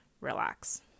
relax